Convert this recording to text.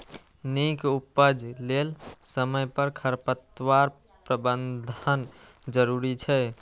नीक उपज लेल समय पर खरपतवार प्रबंधन जरूरी छै